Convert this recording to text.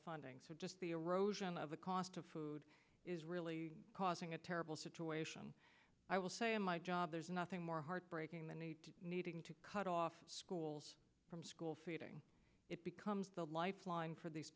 funding so just the erosion of the cost of food is really causing a terrible situation i will say in my job there's nothing more heartbreaking the need to needing to cut off schools from school feeding it becomes the lifeline for these